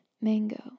Mango